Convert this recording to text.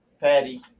Patty